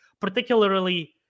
particularly